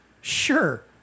sure